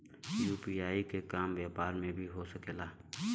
UPI के काम व्यापार में भी हो सके ला?